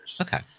Okay